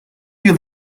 yıl